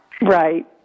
Right